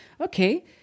Okay